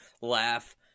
laugh